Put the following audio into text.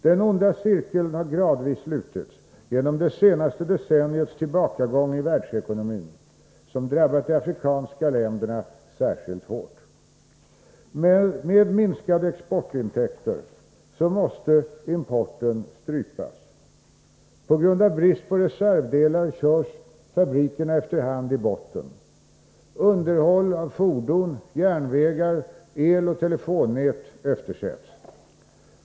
Den onda cirkeln har gradvis slutits genom det senaste decenniets tillbakagång i världsekonomin som drabbat de afrikanska länderna särskilt hårt. Med minskade exportintäkter måste importen strypas. På grund av brist på reservdelar körs fabrikerna efter hand i botten. Underhåll av fordon, järnvägar, eloch telefonnät eftersätts.